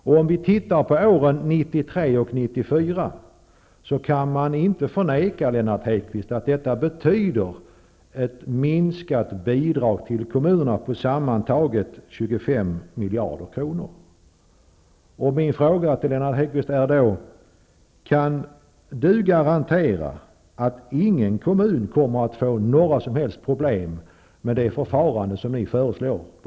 Om man tittar på åren 1993 och 1994 kan man inte förneka att detta betyder ett minskat bidrag till kommunerna på sammantaget 25 Lennart Hedquist är då: Kan Lennart Hedquist garantera att ingen kommun kommer att få några som helst problem med det förfarande som ni föreslår?